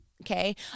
okay